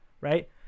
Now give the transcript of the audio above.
Right